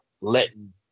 letting